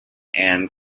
and